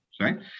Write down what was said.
right